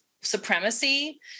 supremacy